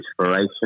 inspiration